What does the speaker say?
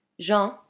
Jean